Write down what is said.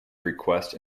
request